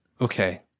Okay